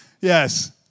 Yes